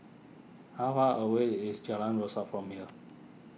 how far away is Jalan Rasok from here